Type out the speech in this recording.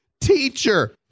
teacher